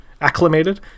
acclimated